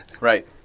Right